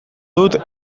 dut